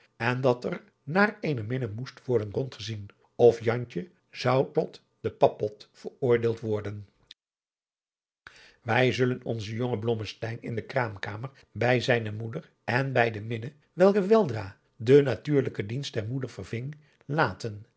en dat er naar eene minne moest worden rondgezien of jantje zou tot den pappot veroordeeld worden wij zullen onzen jongen blommesteyn in de kraamkamer bij zijne moeder en bij de minne welke weldra den natuurlijken dienst der moeder verving laten